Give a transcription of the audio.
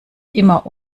immer